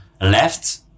left